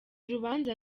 rubanza